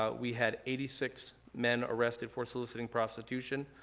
ah we had eighty six men arrested for soliciting prostitution.